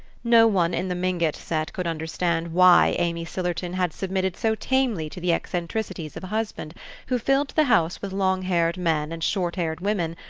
no one in the mingott set could understand why amy sillerton had submitted so tamely to the eccentricities of a husband who filled the house with long-haired men and short-haired women,